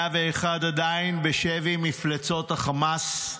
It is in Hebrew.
101 עדיין בשבי מפלצות החמאס,